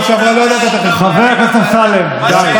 באמת, בפעם שעברה לא ידעת, חבר הכנסת אמסלם, די.